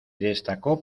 destacó